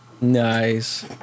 Nice